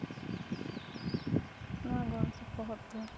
ᱚᱱᱟ ᱜᱚᱲᱚ ᱥᱚᱯᱚᱦᱚᱫ ᱫᱚ